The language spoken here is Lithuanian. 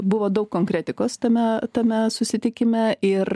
buvo daug konkretikos tame tame susitikime ir